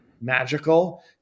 magical